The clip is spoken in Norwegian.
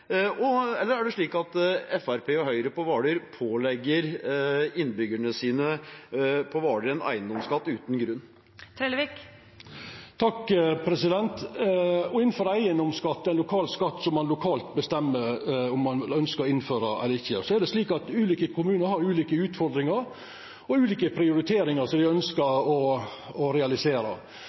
Eigedomsskatt eller lokal skatt må ein bestemma lokalt om ein ønskjer å innføra eller ikkje. Så er det slik at ulike kommunar har ulike utfordringar og ulike prioriteringar som dei ønskjer å realisera.